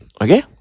Okay